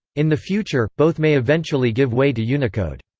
in the future, both may eventually give way to unicode.